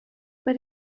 but